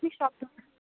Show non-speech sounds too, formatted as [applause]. [unintelligible] সব [unintelligible]